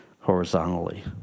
horizontally